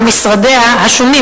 על משרדיה השונים,